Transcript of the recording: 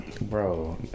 bro